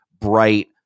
bright